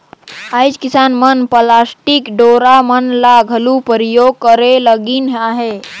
आएज किसान मन पलास्टिक डोरा मन ल घलो परियोग करे लगिन अहे